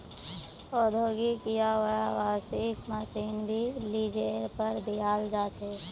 औद्योगिक या व्यावसायिक मशीन भी लीजेर पर दियाल जा छे